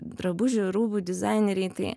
drabužių rūbų dizaineriai tai